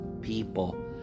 people